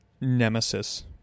nemesis